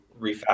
refactor